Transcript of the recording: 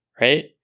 right